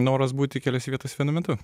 noras būti keliose vietose vienu metu